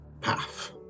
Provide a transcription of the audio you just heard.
path